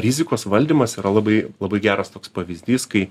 rizikos valdymas yra labai labai geras toks pavyzdys kai